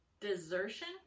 desertion